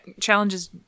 challenges